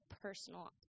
personal